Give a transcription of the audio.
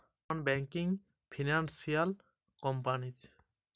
NBFC কী?